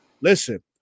Listen